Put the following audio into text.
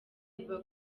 biba